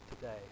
today